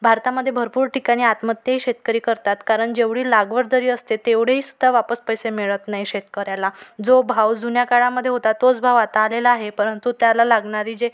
भारतामध्ये भरपूर ठिकाणी आत्महत्याही शेतकरी करतात कारण जेवढी लागवड दरी असते तेवढेही सुद्धा वापस पैसे मिळत नाही शेतकऱ्याला जो भाव जुन्या काळामध्ये होता तोच भाव आता आलेला आहे परंतु त्याला लागणारी जे